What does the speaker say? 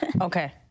Okay